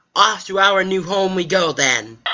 off to our new home we go then!